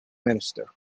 minister